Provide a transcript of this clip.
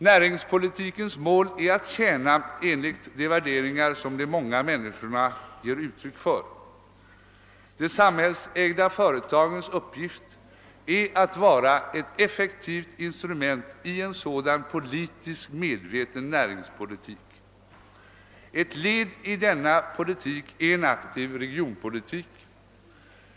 Näringspolitikens mål är att tjäna samhället enligt de värderingar som de många människorna ger uttryck för. De samhällsägda företagens uppgift är att vara ett effektivt instrument i en sådan politiskt medveten näringspolitik. Ett led i denna politik är en aktiv regionpolitik.